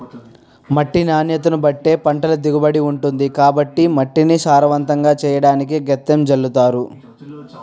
మట్టి నాణ్యతను బట్టే పంటల దిగుబడి ఉంటుంది కాబట్టి మట్టిని సారవంతంగా చెయ్యడానికి గెత్తం జల్లుతారు